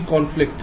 conflict है